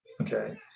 Okay